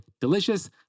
delicious